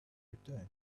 return